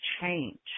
change